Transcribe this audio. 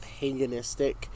paganistic